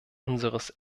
unseres